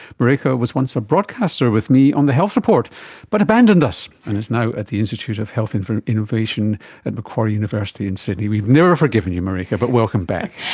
maryke was once a broadcaster with me on the health report but abandoned us and is now at the institute of health and innovation at macquarie university in sydney. we've never forgiven you, maryke, but welcome back.